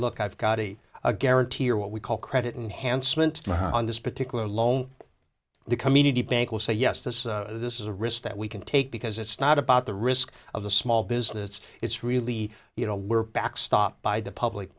i've got a guarantee or what we call credit enhanced mint on this particular loan the community bank will say yes this this is a risk that we can take because it's not about the risk of the small business it's really you know we're backstop by the public